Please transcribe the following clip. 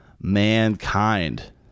mankind